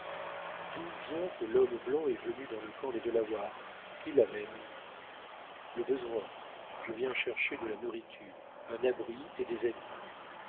d'où vient que l'homme blanc est venu dans le camp des delawares qui l'amène le besoin je viens chercher de la nourriture un abri et des amis